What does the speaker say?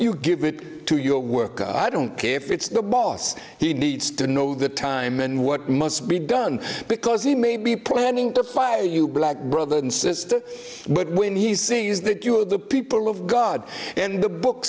you give it to your work i don't care if it's the boss he needs to know the time and what must be done because he may be planning to fire you black brothers and sisters but when he sees that you are the people of god and the book